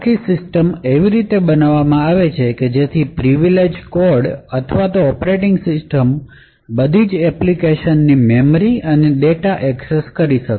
આખી સિસ્ટમ એવી રીતે બનાવવામાં આવી છે કે જેથી પ્રિવિલેજ કોડ અથવા તો ઓપરેટિંગ સિસ્ટમ બધી એપ્લિકેશન ના મેમરી અને ડેટા એક્સેસ કરી શકે